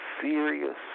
serious